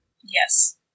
Yes